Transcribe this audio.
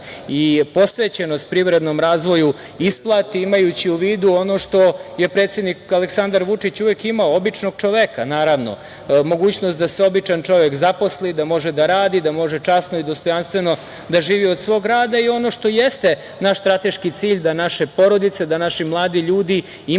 i posvećenost privrednom razvoju isplati imajući u vidu ono što je predsednik Aleksandar Vučić uvek imao, običnog čoveka, naravno. Mogućnost da se običan čovek zaposli, da može da radi, da može časno i dostojanstveno da živi od svog rada i ono što jeste naš strateški cilj da naše porodice, da naši mladi ljudi imaju